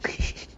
okay